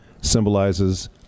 symbolizes